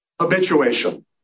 habituation